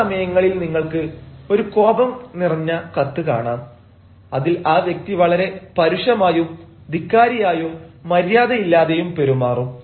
ചില സമയങ്ങളിൽ നിങ്ങൾക്ക് ഒരു കോപം നിറഞ്ഞ കത്ത് കാണാം അതിൽ ആ വ്യക്തി വളരെ പരുഷമായും ധിക്കാരിയായും മര്യാദയില്ലാതെയും പെരുമാറും